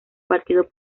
partido